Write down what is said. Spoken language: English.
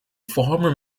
former